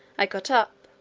i got up,